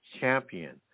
champion